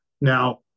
now